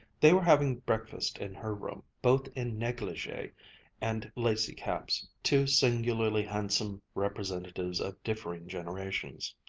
they were having breakfast in her room, both in negligee and lacy caps, two singularly handsome representatives of differing generations.